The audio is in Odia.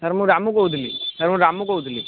ସାର୍ ମୁଁ ରାମୁ କହୁଥିଲି ସାର୍ ମୁଁ ରାମୁ କହୁଥିଲି